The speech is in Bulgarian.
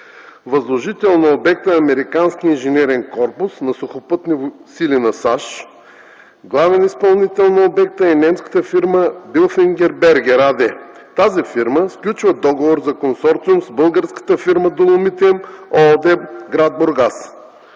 Възложител на обекта е американски инженерен корпус на Сухопътните сили на САЩ. Главен изпълнител на обекта е немската фирма „Билфингер Бергер АГ”. Тази фирма сключва договор за консорциум с българската фирма „Доломит М” ООД – гр. Бургас.